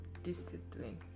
discipline